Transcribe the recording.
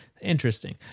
Interesting